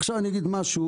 עכשיו אני אגיד משהו,